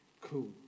cool